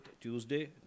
Tuesday